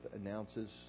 announces